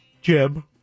Jim